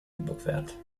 überquert